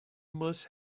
must